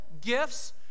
gifts